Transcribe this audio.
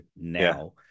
now